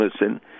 listen